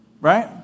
right